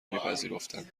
میپذیرفتند